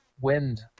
wind